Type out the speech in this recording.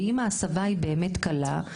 ואם ההסבה היא באמת קלה,